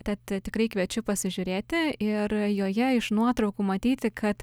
tad tikrai kviečiu pasižiūrėti ir joje iš nuotraukų matyti kad